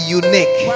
unique